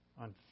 on